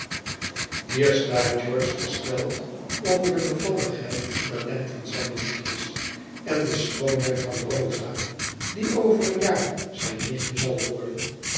hier staat george versteld over de bevalligheid en talenten zijner nichtjes en de schoonheid van rosa die over een jaar zijn nichtje zal worden